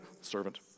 Servant